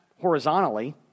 horizontally